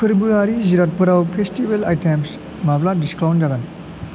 फोर्बोआरि जिरादफोराव festival items माब्ला discount जागोन